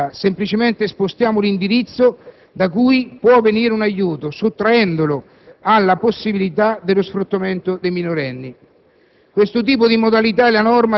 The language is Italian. Non aboliremo gli aiuti alla povertà; semplicemente si sposterebbe l'indirizzo da cui può venire un aiuto sottraendolo alla possibilità dello sfruttamento dei minorenni.